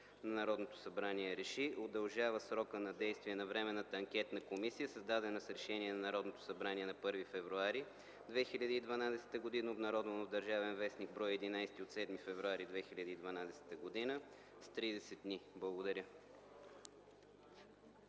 Народното събрание РЕШИ: Удължава срока на действие на Временната анкетна комисия, създадена с Решение на Народното събрание на 1 февруари 2012 г., обнародвано в „Държавен вестник”, брой 11 от 7 февруари 2012 г., с 30 дни.” Благодаря.